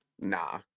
Nah